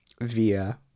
via